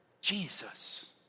Jesus